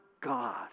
God